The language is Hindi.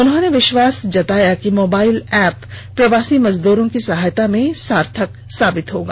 उन्होंने विष्वास जताया कि मोबाईल एप्प प्रवासी मजदूरों की सहायता में सार्थक साबित होगा